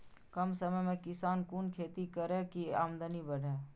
कम समय में किसान कुन खैती करै की आमदनी बढ़े?